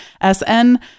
S-N